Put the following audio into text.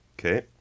Okay